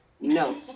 No